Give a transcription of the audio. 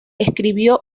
escribió